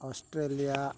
Australia